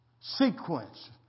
sequence